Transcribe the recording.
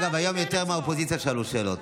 אגב, היום יותר מהאופוזיציה שאלו שאלות.